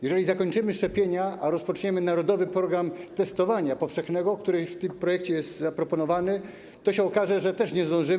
Jeżeli zakończymy szczepienia, a rozpoczniemy narodowy program testowania powszechnego, który w tym projekcie jest zaproponowany, to też się okaże, że nie zdążymy.